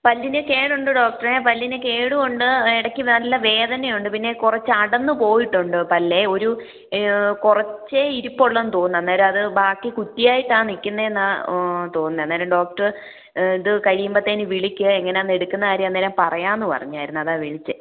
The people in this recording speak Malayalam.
പല്ലിന് കേടുണ്ട് ഡോക്ടറെ പല്ലിന് കേടും ഉണ്ട് ഇടക്ക് നല്ല വേദനയൊണ്ട് പിന്നെ കുറച്ച് അടന്നുപോയിട്ടുണ്ട് പല്ലെ ഒരു കുറച്ചെ ഇരുപ്പുള്ള്ന്ന് തോന്നുന്നു അന്നേരം അത് ബാക്കി കുറ്റിയായിട്ടാണ് നിക്കുന്നെന്നാ തോന്നുന്നത് അന്നേരം ഡോക്ടറ് ഇത് കഴിയുമ്പത്തേന് വിളിക്ക് എങ്ങനാന്ന് എടുക്കുന്ന കാര്യം അന്നേരം പറയാന്ന് പറഞ്ഞായിരുന്നു അതാ വിളിച്ചത്